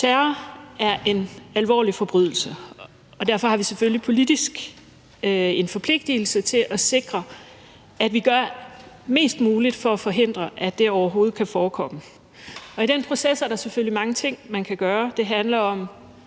Terror er en alvorlig forbrydelse, og derfor har vi selvfølgelig politisk en forpligtelse til at sikre, at vi gør mest muligt for at forhindre, at det overhovedet kan forekomme. Og i den proces er der selvfølgelig mange ting, man kan gøre. Det handler om